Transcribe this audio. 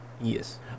yes